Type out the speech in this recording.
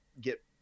get